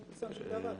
לא פורסם שום דבר.